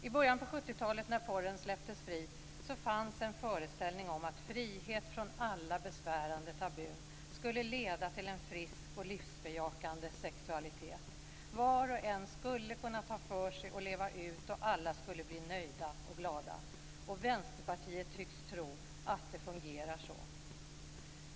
I början av 70-talet när porren släpptes fri fanns en föreställning om att frihet från alla besvärande tabun skulle leda till en frisk och livsbejakande sexualitet. Var och en skulle kunna ta för sig och leva ut, och alla skulle bli nöjda och glada. Och Vänsterpartiet tycks tro att det fungerar så.